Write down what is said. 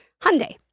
Hyundai